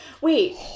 wait